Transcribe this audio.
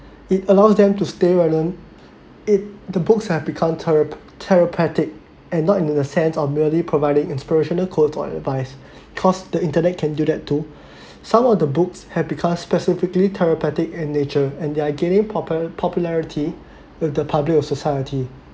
it allows them to stay relevant it the books have become therap~ therapeutic and not in the sense of merely providing inspirational quotes on advice cause the internet can do that too some of the books had become specifically therapeutic in nature and they are gaining proper popularity with the public of society